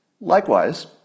Likewise